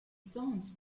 songs